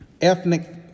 ethnic